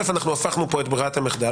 הפכנו פה את ברירת המחדל,